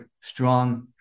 strong